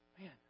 Man